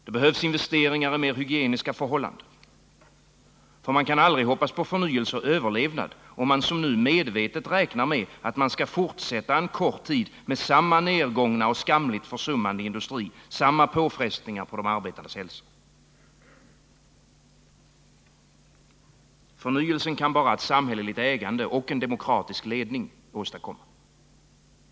Det behövs investeringar i mer hygieniska förhållanden, för man kan aldrig hoppas på förnyelse och överlevnad, om man som nu medvetet räknar med att man skall fortsätta en kort tid med samma nedgångna och skamligt försummade industri, samma påfrestningar på de arbetandes hälsa. En förnyelse kan bara ett samhälleligt ägande och en demokratisk ledning åstadkomma.